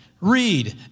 read